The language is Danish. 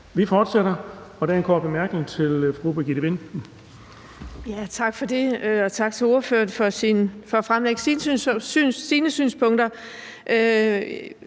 Vi fortsætter, og der er en kort bemærkning til fru Birgitte Vind. Kl. 15:31 Birgitte Vind (S): Tak for det, og tak til ordføreren for at fremlægge sine synspunkter.